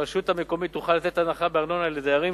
הרשות המקומית תוכל לתת הנחה בארנונה לדיירים